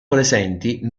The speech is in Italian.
presenti